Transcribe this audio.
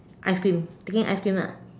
ice cream taking ice cream lah